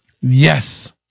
Yes